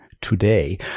today